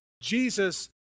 Jesus